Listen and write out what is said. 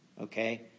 okay